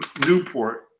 Newport